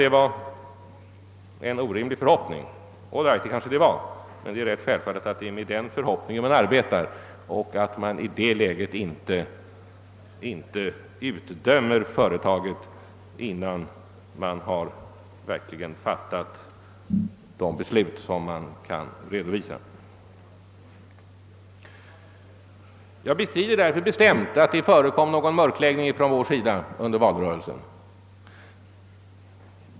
Detta var kanske en orimlig förhoppning, men det är självklart att man arbetar på detta sätt och att man i ifrågavarande läge inte utdömer företaget innan man verkligen fattat de beslut som kan redovisas. Jag bestrider därför bestämt att det förekom någon mörkläggning från vår sida under valrörelsen.